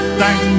thank